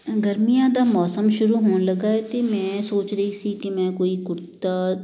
ਗਰਮੀਆਂ ਦਾ ਮੌਸਮ ਸ਼ੁਰੂ ਹੋਣ ਲੱਗਾ ਹੈ ਅਤੇ ਮੈਂ ਸੋਚ ਰਹੀ ਸੀ ਕਿ ਮੈਂ ਕੋਈ ਕੁੜਤਾ